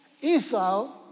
Esau